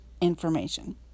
information